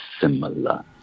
similar